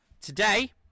Today